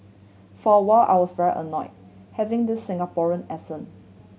for while I was very annoy having the Singaporean accent